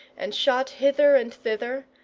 and shot hither and thither,